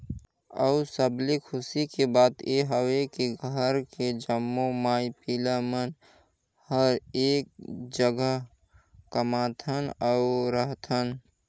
अउ सबले खुसी के बात ये हवे की घर के जम्मो माई पिला मन हर एक जघा कमाथन अउ रहथन